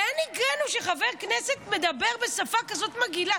לאן הגענו שחבר כנסת מדבר בשפה כזאת מגעילה?